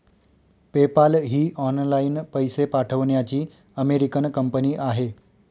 PayPal ही online पैसे पाठवण्याची अमेरिकन कंपनी आहे